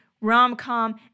rom-com